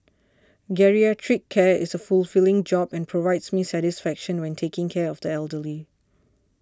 geriatric care is a fulfilling job and provides me satisfaction when taking care of the elderly